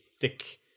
thick